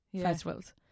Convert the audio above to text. festivals